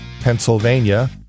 Pennsylvania